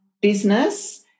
business